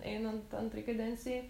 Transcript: einant antrai kadencijai